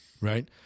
right